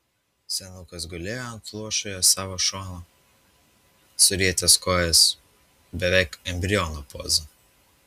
senukas gulėjo ant luošojo savo šono surietęs kojas beveik embriono poza